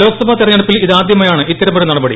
ലോക്സഭാ തെരഞ്ഞെടുപ്പിൽ ഇതാദ്യമായാണ് ഇത്തരമൊരു നടപടി